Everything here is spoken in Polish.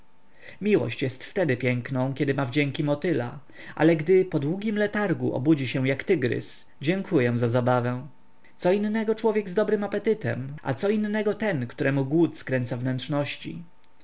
miłość jest wtedy piękną kiedy ma wdzięki motyla ale gdy po długim letargu obudzi się jak tygrys dziękuję za zabawę co innego człowiek z dobrym apetytem a co innego ten któremu głód skręca wnętrzności